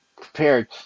prepared